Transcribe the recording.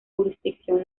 jurisdicción